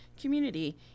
community